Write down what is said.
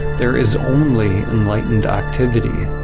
there is only enlightened ah activity.